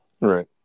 Right